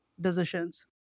decisions